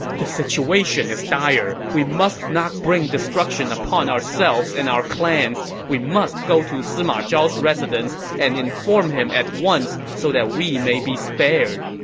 the situation is dire. we must not bring destruction upon ourselves and our clans. we must go to sima zhao's residence and inform him at once so that we may be spared.